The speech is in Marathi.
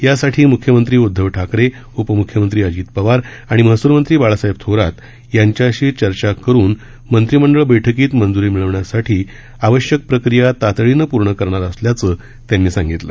यासाठी मुख्यमंत्री उध्दव ठाकरेउपम्ख्यमंत्री अजित पवार आणि महसूल मंत्री बाळासाहेब थोरात यांच्याशी चर्चा करून मंत्रीमंडळ बैठकीत मंजूरी मिळवण्यासाठी आवश्यक प्रक्रिया तातडीने पूर्ण करणार असल्याचे मंत्री केदार यांनी सांगितले